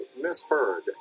misheard